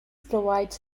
provides